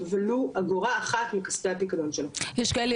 יש כאלה עובדים שהמעסיק שלהם דיווח להם,